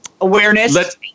awareness